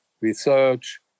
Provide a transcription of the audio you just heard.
research